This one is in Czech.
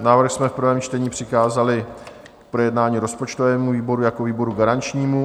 Návrh jsme v prvém čtení přikázali k projednání rozpočtovému výboru jako výboru garančnímu.